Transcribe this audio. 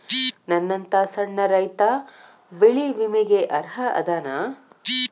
ನನ್ನಂತ ಸಣ್ಣ ರೈತಾ ಬೆಳಿ ವಿಮೆಗೆ ಅರ್ಹ ಅದನಾ?